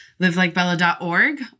LiveLikeBella.org